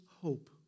hope